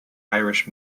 irish